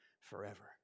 forever